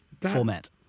format